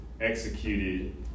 executed